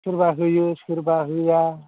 सोरबा होयो सोरबा होआ